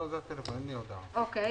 אוקיי.